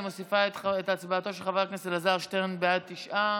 ואני מוסיפה את הצבעתו של חבר הכנסת אלעזר שטרן בעד תשעה,